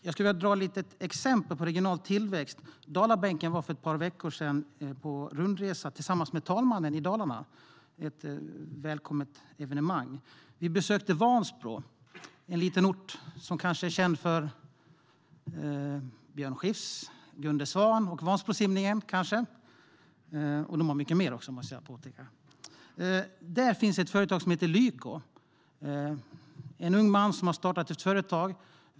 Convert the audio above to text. Jag skulle vilja ta ett litet exempel på regional tillväxt. Vi i Dalabänken var för ett par veckor sedan på rundresa i Dalarna tillsammans med talmannen. Det var ett välkommet evenemang. Vi besökte Vansbro. Det är en liten ort som kanske är känd för Björn Skifs, Gunde Svan och Vansbrosimmningen. Den har också mycket mer, måste jag påpeka. Där finns ett företag som heter Lyko. Det är en ung man som startade det företaget.